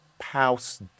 house